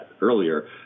earlier